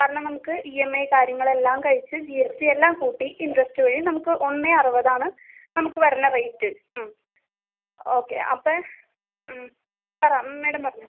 കാരണം നമുക്ക് E M I കാര്യങ്ങളെല്ലാം കഴിച്ച് ജി എസ് ടി എല്ലാം കൂട്ടി ഇൻട്രസ്റ്റെല്ലാം കൂട്ടി ഒന്ന് അറുപതാണ് നമുക്ക് വരണത് റേറ്റ് ഓക്കെ അപ്പോൾ പറ മേഡം പറഞ്ഞോളു